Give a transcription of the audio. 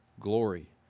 glory